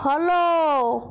follow